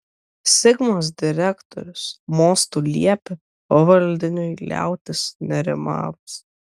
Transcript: sigmos direktorius mostu liepė pavaldiniui liautis nerimavus